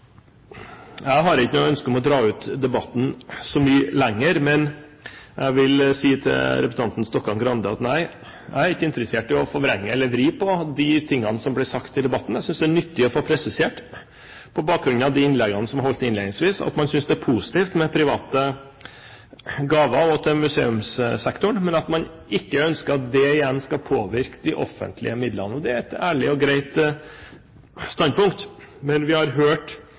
ikke noe ønske om å trekke ut debatten så mye lenger, men jeg vil si til representanten Stokkan-Grande: Nei, jeg er ikke interessert i å forvrenge eller vri på det som blir sagt i debatten. Jeg synes det er nyttig å få presisert, på bakgrunn av de innleggene som er holdt innledningsvis, at man synes det er positivt med private gaver til museumssektoren, men at man ikke ønsker at det igjen skal påvirke de offentlige midlene. Det er et ærlig og greit standpunkt. Men vi har hørt